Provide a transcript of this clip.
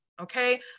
okay